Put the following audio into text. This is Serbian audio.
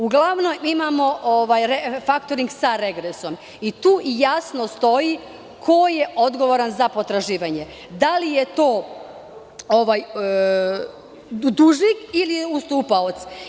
Uglavnom imamo faktoring sa regresom i tu jasno stoji ko je odgovoran za potraživanja, da li je to dužnik ili je ustupaoc.